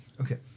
Okay